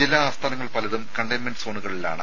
ജില്ലാ ആസ്ഥാനങ്ങൾ പലതും കണ്ടെയ്ൻമെന്റ് സോണുകളിലാണ്